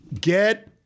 get